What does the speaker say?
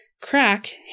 Crack